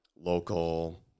local